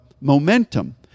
momentum